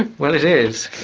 and well, it is.